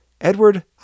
Edward